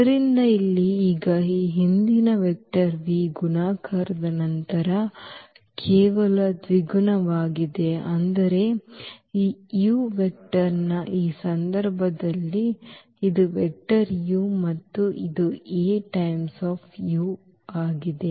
ಆದ್ದರಿಂದ ಇಲ್ಲಿ ಈಗ ಈ ಹಿಂದಿನ ವೆಕ್ಟರ್ v ಗುಣಾಕಾರದ ನಂತರ ಕೇವಲ ದ್ವಿಗುಣವಾಗಿದೆ ಆದರೆ ಈ u ವೆಕ್ಟರ್ನ ಈ ಸಂದರ್ಭದಲ್ಲಿ ಇದು ವೆಕ್ಟರ್ u ಮತ್ತು ಈ A ಟೈಮ್ಸ್ u ಇದಾಗಿದೆ